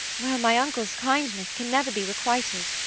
well, my uncle's kindness can never be requited.